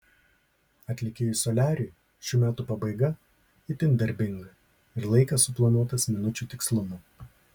atlikėjui soliariui šių metų pabaiga itin darbinga ir laikas suplanuotas minučių tikslumu